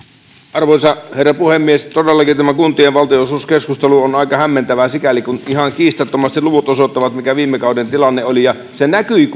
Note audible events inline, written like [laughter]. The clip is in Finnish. arvoisa herra puhemies todellakin tämä kuntien valtionosuuskeskustelu on aika hämmentävää sikäli kun ihan kiistattomasti luvut osoittavat mikä viime kauden tilanne oli ja se näkyi [unintelligible]